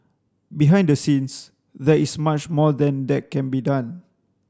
behind the scenes there is much more than that can be done